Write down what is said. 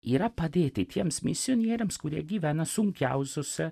yra padėti tiems misionieriams kurie gyvena sunkiausiose